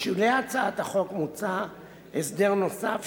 בשולי הצעת החוק מוצע הסדר נוסף,